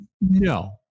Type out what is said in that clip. No